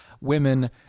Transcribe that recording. women